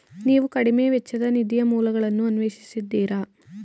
ನೀವು ಕಡಿಮೆ ವೆಚ್ಚದ ನಿಧಿಯ ಮೂಲಗಳನ್ನು ಅನ್ವೇಷಿಸಿದ್ದೀರಾ?